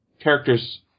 character's